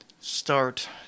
start